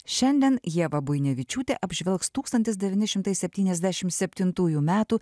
šiandien ieva buinevičiūtė apžvelgs tūkstantis devyni šimtai septyniasdešim septintųjų metų